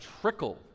trickle